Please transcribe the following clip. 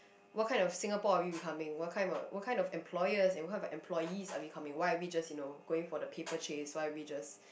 what kind of Singapore are we becoming what kind of a what kind of employers and what kind of employees are we coming why are we just you know going for the paper chase why are we just